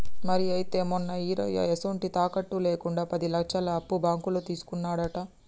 మరి అయితే మొన్న ఈరయ్య ఎసొంటి తాకట్టు లేకుండా పది లచ్చలు అప్పు బాంకులో తీసుకున్నాడట